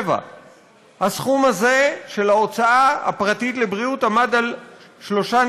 השיעור הזה של ההוצאה הפרטית על בריאות היה 3.9%,